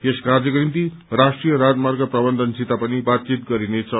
यस कार्यक्रो निम्ति राष्ट्रीय राजमार्ग प्रकन्धनसित पनि बातचित गरिनेछ